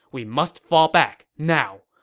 we must fall back now.